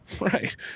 right